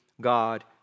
God